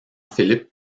philip